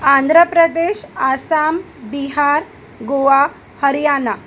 Andhra Pradesh Assam Bihar Goa Haryana